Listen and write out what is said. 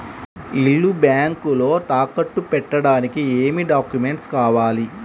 ఇల్లు బ్యాంకులో తాకట్టు పెట్టడానికి ఏమి డాక్యూమెంట్స్ కావాలి?